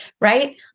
right